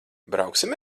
brauksim